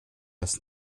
das